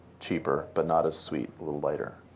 cheaper, but not as sweet, a little lighter.